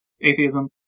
atheism